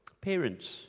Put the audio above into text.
Parents